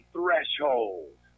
Threshold